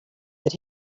that